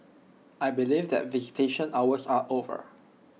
I believe that visitation hours are over